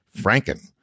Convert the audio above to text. franken